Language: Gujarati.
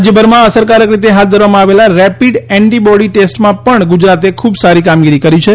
રાજ્યભરમાં અસરકારક રીતે હાથ ધરવામાં આવેલા રેપિડ એન્ટીબોડી ટેસ્ટમાં પણ ગુજરાતે ખૂબ સારી કામગીરી કરી છે